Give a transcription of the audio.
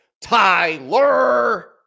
Tyler